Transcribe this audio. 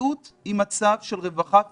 בריאות היא מצב של רווחה פיזית,